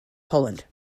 poland